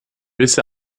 bis